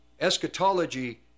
Eschatology